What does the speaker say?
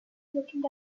looking